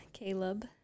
Caleb